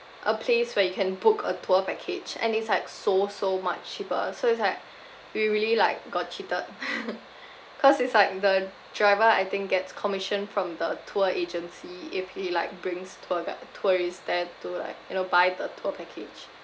a place where you can book a tour package and it's like so so much cheaper so it's like we really like got cheated cause it's like the driver I think gets commission from the tour agency if he like brings tour guide tourists there to like you know buy the tour package